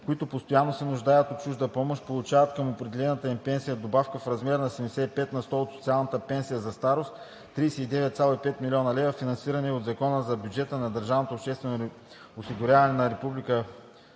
които постоянно се нуждаят от чужда помощ, получават към определената им пенсия добавка в размер 75 на сто от социалната пенсия за старост (39,5 млн. лв. – финансирани от Закона за бюджета на държавното обществено осигуряване за 2021 г.).